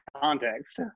context